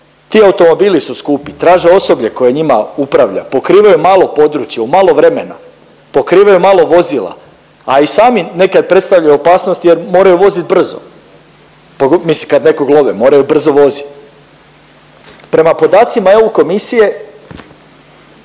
ti automobili su skupi traže osoblje koje njima upravlja, pokrivaju malo područje u malo vremena. Pokrivaju malo vozila, a i sami nekad predstavljaju opasnost jer moraju vozit brzo. Mislim kad nekog love, moraju brzo vozit. Prema podacima EU komisije,